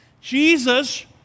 Jesus